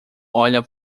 olha